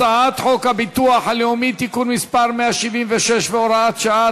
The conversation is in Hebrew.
הצעת חוק הביטוח הלאומי (תיקון מס' 176 והוראת שעה),